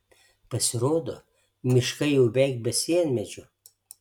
pasirodo miškai jau veik be sienmedžių